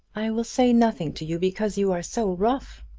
i will say nothing to you because you are so rough.